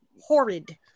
Horrid